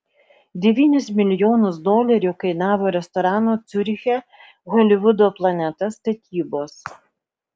devynis milijonus dolerių kainavo restorano ciuriche holivudo planeta statybos